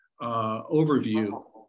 overview